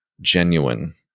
genuine